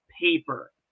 paper